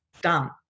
done